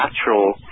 natural